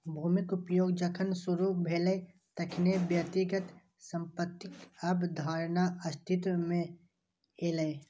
भूमिक उपयोग जखन शुरू भेलै, तखने व्यक्तिगत संपत्तिक अवधारणा अस्तित्व मे एलै